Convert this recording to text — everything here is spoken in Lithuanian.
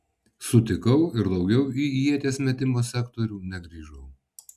sutikau ir daugiau į ieties metimo sektorių negrįžau